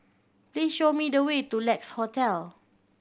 please show me the way to Lex Hotel